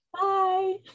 Bye